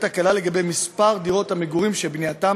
הקלה לגבי מספר דירות המגורים שבנייתן